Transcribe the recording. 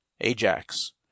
ajax